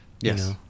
Yes